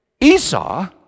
Esau